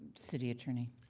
city attorney.